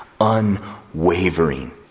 unwavering